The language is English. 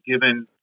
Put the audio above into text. given